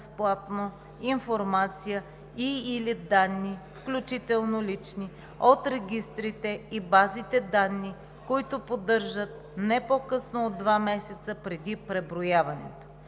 безплатно информация и/или данни, включително лични, от регистрите и базите данни, които поддържат не по-късно от два месеца преди преброяването.